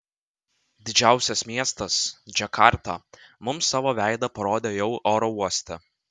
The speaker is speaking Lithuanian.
didžiausias miestas džakarta mums savo veidą parodė jau oro uoste